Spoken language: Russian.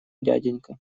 дяденька